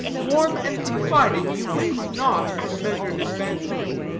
warm and confiding, you wait not for measured advances.